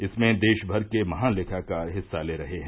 इसमें देश भर के महालेखाकार हिस्सा ले रहे हैं